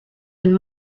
and